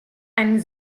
ein